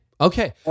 Okay